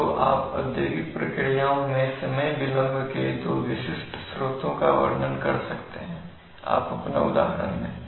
तो आप औद्योगिक प्रक्रियाओं में समय विलंब के दो विशिष्ट स्रोतों का वर्णन कर सकते हैं आप अपना उदाहरण दें